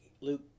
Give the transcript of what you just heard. Luke